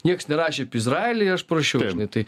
niekas nerašė apie izraelį aš parašiau žinai tai